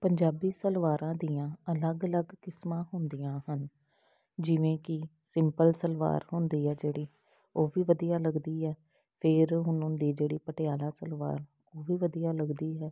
ਪੰਜਾਬੀ ਸਲਵਾਰਾਂ ਦੀਆਂ ਅਲੱਗ ਅਲੱਗ ਕਿਸਮਾਂ ਹੁੰਦੀਆਂ ਹਨ ਜਿਵੇਂ ਕਿ ਸਿੰਪਲ ਸਲਵਾਰ ਹੁੰਦੀ ਹੈ ਜਿਹੜੀ ਉਹ ਵੀ ਵਧੀਆ ਲੱਗਦੀ ਹੈ ਫਿਰ ਹੁਣ ਹੁੰਦੀ ਜਿਹੜੀ ਪਟਿਆਲਾ ਸਲਵਾਰ ਉਹ ਵੀ ਵਧੀਆ ਲੱਗਦੀ ਹੈ